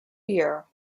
beer